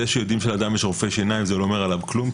שיודעים שלאדם יש רופא שיניים זה לא אומר עליו כלום,